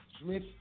Smith